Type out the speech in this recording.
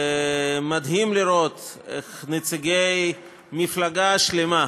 מדהים לראות איך נציגי מפלגה שלמה,